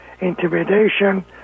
intimidation